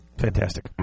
fantastic